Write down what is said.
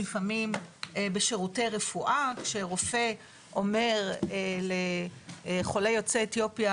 לפעמים בשירותי רפואה כשרופא אומר לחולה יוצא אתיופיה,